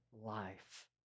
life